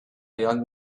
young